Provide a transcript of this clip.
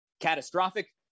catastrophic